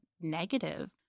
negative